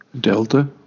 Delta